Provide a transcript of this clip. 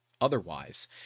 otherwise